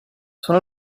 sono